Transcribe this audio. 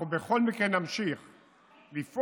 אנחנו בכל מקרה נמשיך לפעול,